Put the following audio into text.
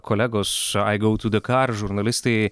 kolegos aigoutudakar žurnalistai